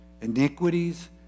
Iniquities